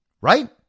Right